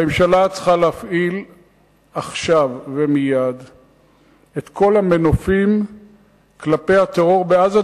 הממשלה צריכה להפעיל עכשיו ומייד את כל המנופים כלפי הטרור בעזה,